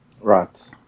Right